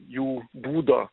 jų būdo